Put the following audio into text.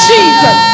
Jesus